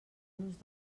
los